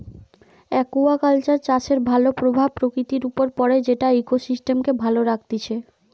aquaculture চাষের ভাল প্রভাব প্রকৃতির উপর পড়ে যেটা ইকোসিস্টেমকে ভালো রাখতিছে